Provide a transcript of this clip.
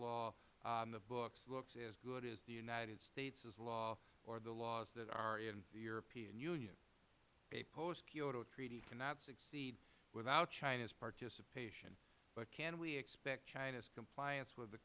law on the books looks as good as the united states law or the laws that are in the european union a post kyoto treaty cannot succeed without china's participation but can we expect china's compliance with the